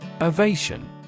Ovation